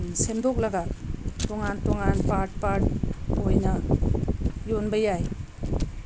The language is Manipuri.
ꯁꯦꯝꯗꯣꯛꯂꯒ ꯇꯣꯉꯥꯟ ꯇꯣꯉꯥꯟ ꯄꯥꯔꯠ ꯄꯥꯔꯠ ꯑꯣꯏꯅ ꯌꯣꯟꯕ ꯌꯥꯏ